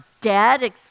dead